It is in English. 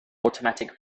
automatic